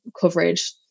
coverage